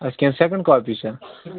اَدٕ کیٛاہ second copy چھا